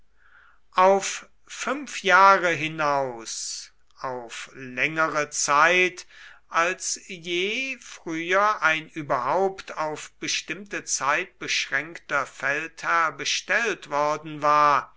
auf fünf jahre hinaus auf längere zeit als je früher ein überhaupt auf bestimmte zeit beschränkter feldherr bestellt worden war